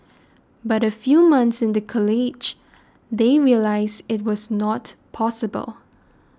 but a few months into college they realised it was not possible